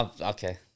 Okay